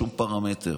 לשום פרמטר.